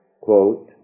quote